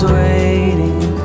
waiting